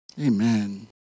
Amen